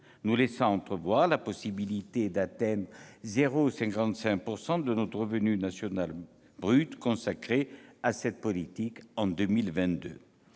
nous laisse entrevoir la possibilité d'atteindre le chiffre de 0,55 % de notre revenu national brut consacré à cette politique en 2022